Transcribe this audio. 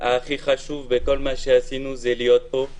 שהכי חשוב בכל מה שעשינו זה להיות פה,